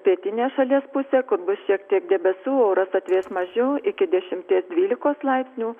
pietinėj šalies pusėj kur bus šiek tiek debesų oras atvės mažiau iki dešimties dvylikos laipsnių